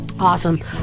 Awesome